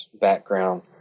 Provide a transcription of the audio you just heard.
background